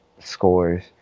scores